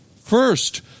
first